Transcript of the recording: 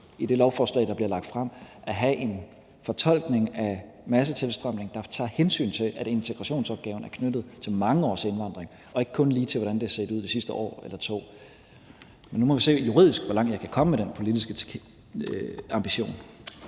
i det lovforslag, der bliver lagt frem, at have en fortolkning af massetilstrømning, der tager hensyn til, at integrationsopgaven er knyttet til mange års indvandring og ikke kun lige til, hvordan det har set ud i det sidste år eller to. Men nu må vi se, hvor langt jeg kan komme juridisk med den politiske ambition.